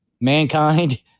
Mankind